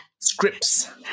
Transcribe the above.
Scripts